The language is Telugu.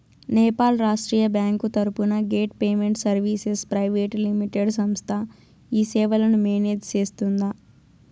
నేపాల్ రాష్ట్రీయ బ్యాంకు తరపున gate payment services private limited సంస్థ ఈ సేవలను మేనేజ్ సేస్తుందా?